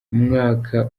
umwaka